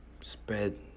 spread